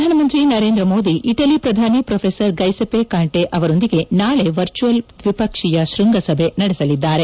ಪ್ರಧಾನಮಂತ್ರಿ ನರೇಂದ್ರ ಮೋದಿ ಇಟಲಿ ಪ್ರಧಾನಿ professor Giuseppe Conte ಅವರೊಂದಿಗೆ ನಾಳೆ ವರ್ಚುವಲ್ ದ್ವಿಪಕ್ಷೀಯ ಶ್ವಂಗಸಭೆ ನಡೆಸಲಿದ್ದಾರೆ